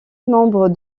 nombre